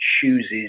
chooses